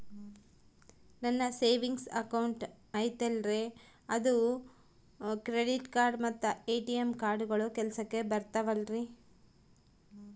ನನ್ನ savings account ಐತಲ್ರೇ ಅದು ಕ್ರೆಡಿಟ್ ಮತ್ತ ಎ.ಟಿ.ಎಂ ಕಾರ್ಡುಗಳು ಕೆಲಸಕ್ಕೆ ಬರುತ್ತಾವಲ್ರಿ?